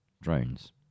drones